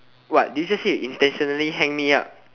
what did you just say you intentionally hang me up